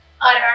utter